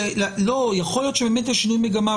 יכול להיות שבאמת יש שינוי מגמה,